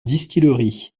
distillerie